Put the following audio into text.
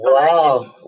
wow